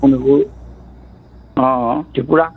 অঁ অঁ ত্ৰিপুৰা